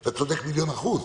אתה צודק במיליון אחוז,